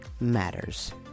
matters